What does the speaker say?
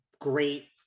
great